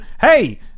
hey